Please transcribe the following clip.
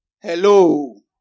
Hello